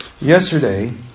Yesterday